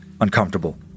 uncomfortable